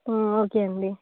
okay అండి